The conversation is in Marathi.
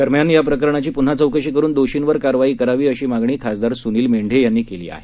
दरम्यान या प्रकरणाची पुन्हा चौकशी करून दोषींवर कारवाई करावी अशी मागणी खासदार सुनील मेंढे यांनी केली आहे